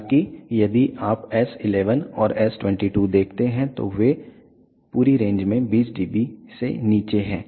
हालाँकि यदि आप S11 और S22 देखते हैं तो वे पूरी रेंज में 20 dB से नीचे हैं